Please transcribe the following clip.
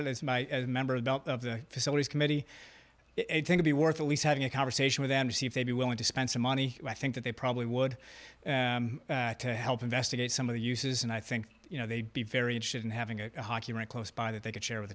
it as my member of the facilities committee it to be worth at least having a conversation with them to see if they'd be willing to spend some money i think that they probably would help investigate some of the uses and i think you know they'd be very interested in having a hockey rink close by that they could share with